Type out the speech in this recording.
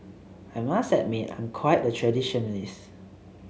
I must admit I'm quite the traditionalist